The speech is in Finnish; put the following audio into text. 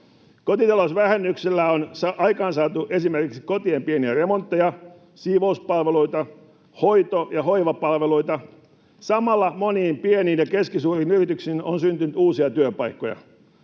Kotitalousvähennyksellä on aikaansaatu esimerkiksi kotien pieniä remontteja, siivouspalveluita sekä hoito- ja hoivapalveluita. Samalla moniin pieniin ja keskisuuriin yrityksiin on syntynyt uusia työpaikkoja.